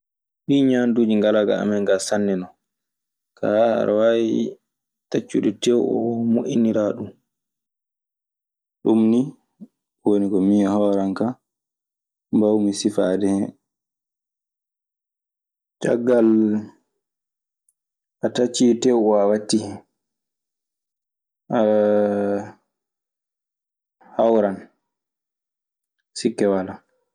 Ɗii ñaanduuji ngalaa ga amen gaa sanne non kaa aɗa waawi taccude teew oo, moƴƴiniraa ɗun. Ɗum nii woni ko min e hooren an kaa mbaawmi sifaade hen. Caggal a taccii teew oo a wattii hen hawran. Sikke walaa.